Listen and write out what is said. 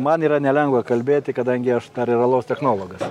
man yra nelengva kalbėti kadangi aš dar ir alaus technologas